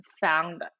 found